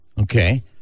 Okay